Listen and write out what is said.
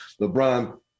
lebron